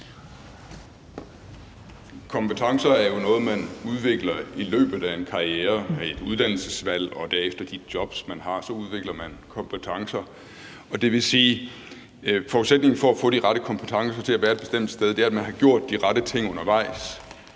Kompetencer er jo noget, man udvikler i løbet af en karriere med et uddannelsesvalg og derefter de jobs, man har – så udvikler man kompetencer. Og det vil sige, at forudsætningen for at få de rette kompetencer til at være et bestemt sted er, at man har gjort de rette ting undervejs.